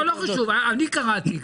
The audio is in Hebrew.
לא חשוב, אני קראתי.